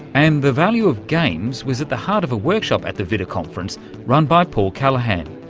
and the value of games was at the heart of a workshop at the vitta conference run by paul callaghan.